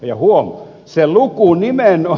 ja huom